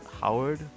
Howard